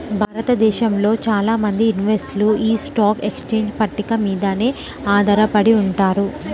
భారతదేశంలో చాలా మంది ఇన్వెస్టర్లు యీ స్టాక్ ఎక్స్చేంజ్ పట్టిక మీదనే ఆధారపడి ఉంటారు